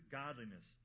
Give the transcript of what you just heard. godliness